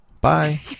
Bye